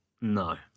No